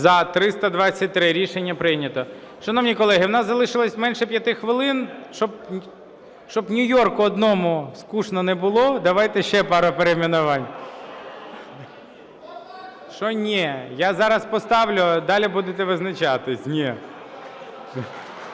За-323 Рішення прийнято. Шановні колеги, в нас залишилося менше 5 хвилин. Щоб Нью-Йорку одному скучно не було, давайте ще пару перейменувань. Що "ні"? Я зараз поставлю, а далі будете визначатися. "Ні".